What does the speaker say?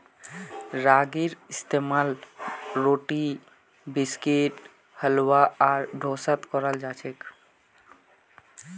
रागीर इस्तेमाल रोटी बिस्कुट हलवा आर डोसात कराल जाछेक